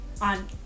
on